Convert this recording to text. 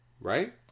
right